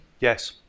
Yes